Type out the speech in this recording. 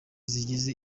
zigize